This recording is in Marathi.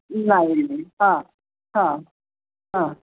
नाही हां हां हां